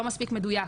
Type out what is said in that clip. לא מספיק מדויק,